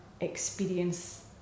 experience